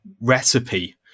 recipe